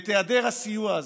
את היעדר הסיוע הזה,